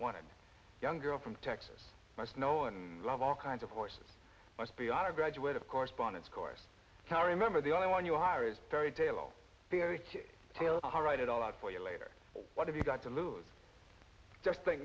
one young girl from texas must know and love all kinds of courses must be on a graduate of correspondence course karrie member the only one you hire is very dalal very to tilt alright it all out for you later what have you got to lose just think